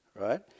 right